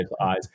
eyes